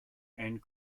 and